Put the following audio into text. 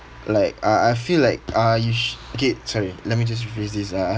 like uh I feel like I uh K sorry let me just rephrase this lah ah